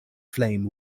flame